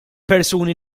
persuni